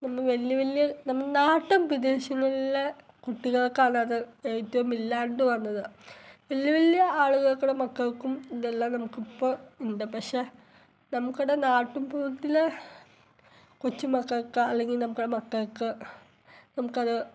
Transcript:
നമ്മൾ വലിയ വലിയ നമ്മൾ നാട്ടും പ്രദേശങ്ങളിലെ കുട്ടികൾക്കാണ് അത് ഏറ്റവും ഇല്ലാണ്ട് വന്നത് വലിയ വലിയ ആളുകളുടെ മക്കൾക്കും ഇതെല്ലാം നമുക്കിപ്പോൾ ഉണ്ട് പക്ഷേ നമ്മുടെ നാട്ടിൻ പുറത്തിലെ കൊച്ചു മക്കൾക്കാണ് അല്ലെങ്കിൾ നമ്മുടെ മക്കൾക്ക് നമുക്കത്